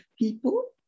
people